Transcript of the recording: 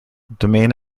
domain